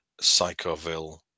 Psychoville